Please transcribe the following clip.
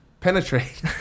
penetrate